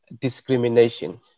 discrimination